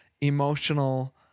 emotional